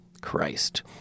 Christ